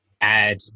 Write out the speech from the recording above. add